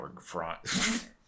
front